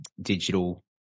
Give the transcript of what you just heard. digital